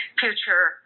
future